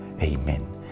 Amen